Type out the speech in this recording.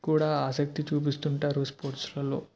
కూడా ఆసక్తి చూపిస్తుంటారు స్పోర్ట్స్లల్లో